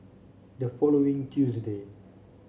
the following Tuesday